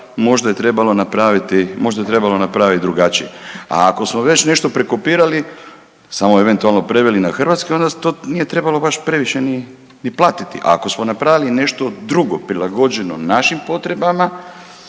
možda je trebalo napraviti drugačije. A ako smo već nešto prekopirali samo eventualno preveli na hrvatski onda to nije trebalo baš previše ni platiti. Ako smo napravili nešto drugo prilagođeno našim potrebama